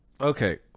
okay